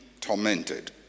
tormented